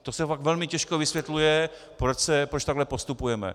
To se fakt velmi těžko vysvětluje, proč takhle postupujeme.